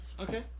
okay